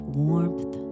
warmth